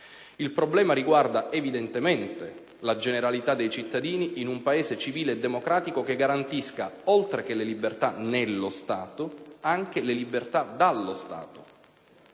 Il problema riguarda, evidentemente, la generalità dei cittadini in un Paese civile e democratico che garantisca, oltre che le libertà nello Stato anche le libertà dallo Stato.